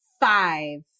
five